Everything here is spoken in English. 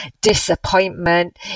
disappointment